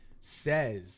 says